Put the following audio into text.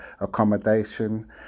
accommodation